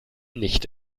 nicht